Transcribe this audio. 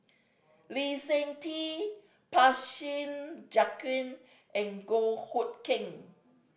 Lee Seng Tee Joaquim and Goh Hood Keng